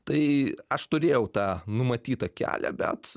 tai aš turėjau tą numatytą kelią bet